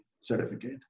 certificate